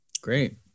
Great